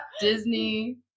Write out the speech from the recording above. Disney